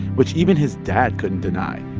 which even his dad couldn't deny.